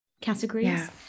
categories